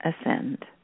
ascend